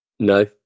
No